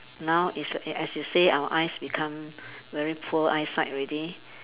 now it's as you say our eyes become very poor eyesight already